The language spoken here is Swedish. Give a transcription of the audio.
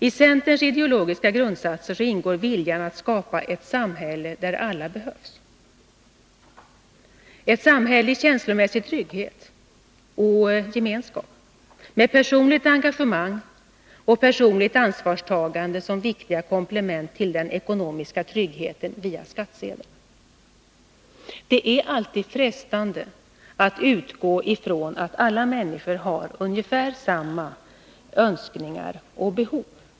I centerns ideologiska grundsatser ingår viljan att skapa ett samhälle där alla behövs, ett samhälle i känslomässig trygghet och gemenskap, med personligt engagemang och personligt ansvarstagande som viktiga komplement till den ekonomiska tryggheten via skattsedeln. Det är alltid frestande att utgå ifrån att alla människor har ungefär samma önskningar och behov.